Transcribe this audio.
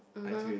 mmhmm